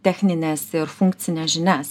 technines ir funkcines žinias